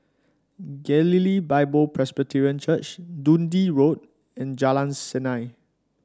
Galilee Bible Presbyterian Church Dundee Road and Jalan Seni